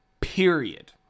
period